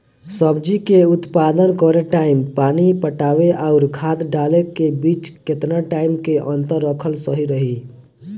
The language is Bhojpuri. सब्जी के उत्पादन करे टाइम पानी पटावे आउर खाद डाले के बीच केतना टाइम के अंतर रखल सही रही?